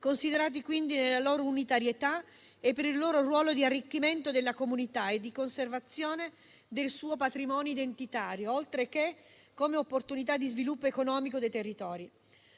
considerati quindi nella loro unitarietà e per il loro ruolo di arricchimento della comunità e di conservazione del suo patrimonio identitario, oltre che come opportunità di sviluppo economico dei territori.